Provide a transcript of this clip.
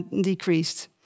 decreased